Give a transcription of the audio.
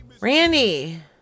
Randy